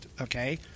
Okay